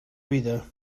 vida